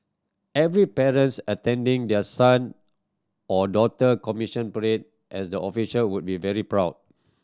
every parents attending their son or daughter commissioning parade as the officer would be very proud